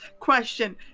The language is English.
Question